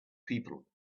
people